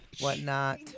whatnot